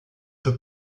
peu